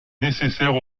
nécessaires